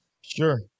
sure